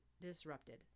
disrupted